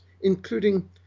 including